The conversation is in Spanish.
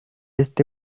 este